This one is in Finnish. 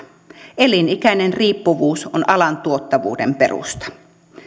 elinikäinen riippuvuus on alan tuottavuuden perusta